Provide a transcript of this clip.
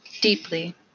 deeply